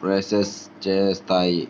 process చేస్తాయి